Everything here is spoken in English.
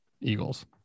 Eagles